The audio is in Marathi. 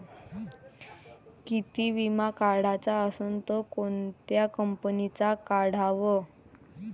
पीक विमा काढाचा असन त कोनत्या कंपनीचा काढाव?